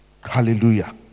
Hallelujah